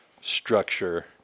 structure